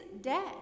dead